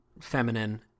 feminine